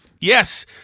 Yes